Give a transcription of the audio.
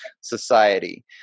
society